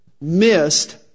missed